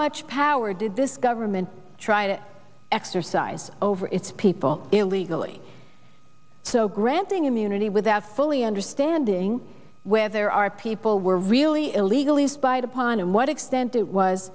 much power did this government try to exercise over its people illegally so granting immunity without fully understanding whether our people were really illegally spied upon and what extent it was